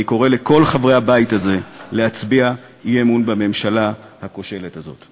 אני קורא לכל חברי הבית הזה להצביע אי-אמון בממשלה הכושלת הזאת.